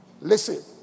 listen